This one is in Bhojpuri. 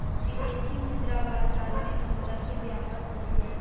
विदेशी मुद्रा बाजार में मुद्रा के व्यापार होखेला